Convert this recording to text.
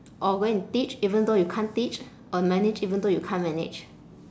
or go and teach even though you can't teach or manage even though you can't manage